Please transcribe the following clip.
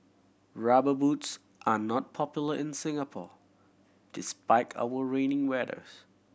Rubber Boots are not popular in Singapore despite our rainy weather